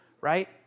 Right